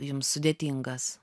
jums sudėtingas